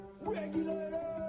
Regulators